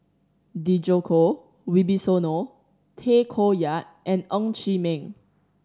Djoko Wibisono Tay Koh Yat and Ng Chee Meng